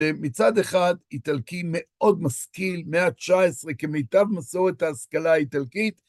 מצד אחד, איטלקי מאוד משכיל, מאה ה-19, כמיטב מסורת ההשכלה האיטלקית.